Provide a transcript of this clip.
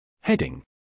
Heading